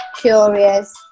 curious